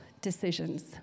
decisions